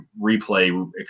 replay